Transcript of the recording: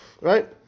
Right